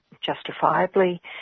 justifiably